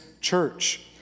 church